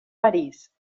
parís